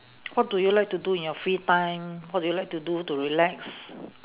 what do you like to do in your free time what do you like to do to relax